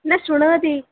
न शृणोति